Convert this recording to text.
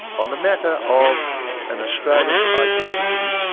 on the matter of an australian identity